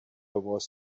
was